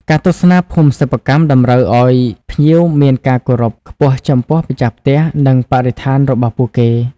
ការទស្សនាភូមិសិប្បកម្មតម្រូវឱ្យភ្ញៀវមាន ការគោរព ខ្ពស់ចំពោះម្ចាស់ផ្ទះ និងបរិស្ថានរបស់ពួកគេ។